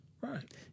Right